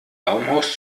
baumhaus